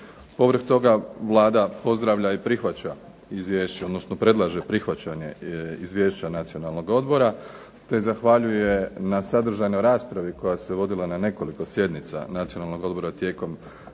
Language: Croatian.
Pored toga Vlada pozdravlja i prihvaća izvješće, odnosno predlaže prihvaćanje izvješća Nacionalnog odbora, te zahvaljuje na sadržajnoj raspravi koja se vodila na nekoliko sjednica Nacionalnog odbora tijekom